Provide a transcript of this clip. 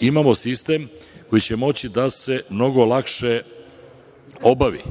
imamo sistem kojim će moći da se mnogo lakše obavi,